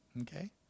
Okay